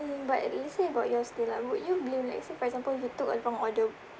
mm but let's say about your case lah would you blame let's say for example if you took a wrong order